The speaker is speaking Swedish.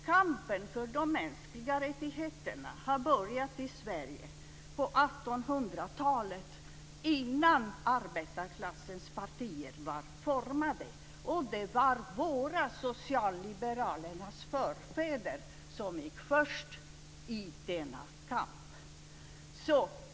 Kampen för de mänskliga rättigheterna började i Sverige på 1800 talet innan arbetarklassens partier var formade. Det var våra, socialliberalernas, förfäder som gick först i denna kamp.